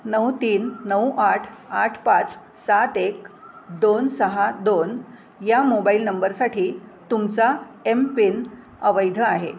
नऊ तीन नऊ आठ आठ पाच सात एक दोन सहा दोन या मोबाईल नंबरसाठी तुमचा एम पिन अवैध आहे